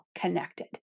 connected